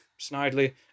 Snidely